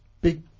big